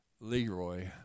Leroy